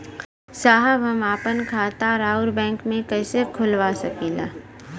साहब हम आपन खाता राउर बैंक में कैसे खोलवा सकीला?